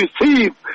receive